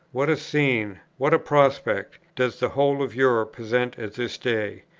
what a scene, what a prospect, does the whole of europe present at this day!